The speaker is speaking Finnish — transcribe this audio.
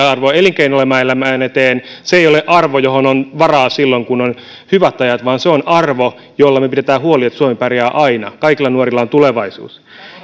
arvo elinkeinoelämän eteen se ei ole arvo johon on varaa silloin kun on hyvät ajat vaan se on arvo jolla me pidämme huolen että suomi pärjää aina ja kaikilla nuorilla on tulevaisuus